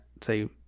say